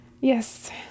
Yes